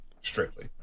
strictly